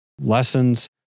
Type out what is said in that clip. lessons